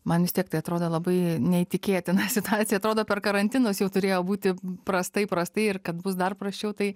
man vis tiek tai atrodo labai neįtikėtina situacija atrodo per karantinus jau turėjo būti prastai prastai ir kad bus dar prasčiau tai